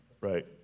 Right